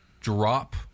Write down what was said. drop